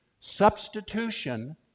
substitution